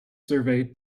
survey